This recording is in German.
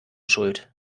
schuld